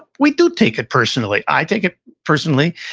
we do take it personally. i take it personally,